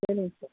சரிங் சார்